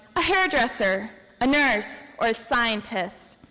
a hair dresser, a nurse or a scientist,